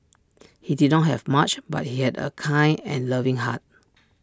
he did not have much but he had A kind and loving heart